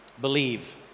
Believe